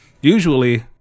usually